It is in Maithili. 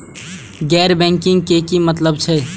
गैर बैंकिंग के की मतलब हे छे?